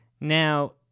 Now